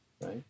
right